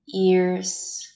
ears